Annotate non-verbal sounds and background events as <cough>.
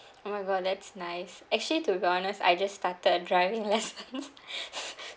oh my god that's nice actually to be honest I just started a driving lesson <laughs>